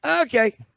okay